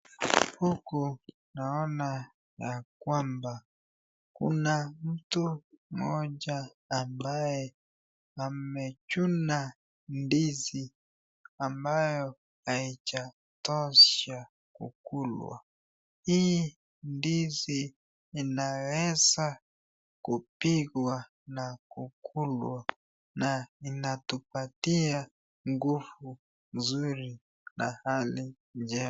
Huku naona ya kwamba kuna mtu mmoja ambaye amechuna ndizi ambayo haijatosha kukulwa. Hii ndizi inaweza kupikwa na kukulwa na inatupatia nguvu nzuri na hali njema.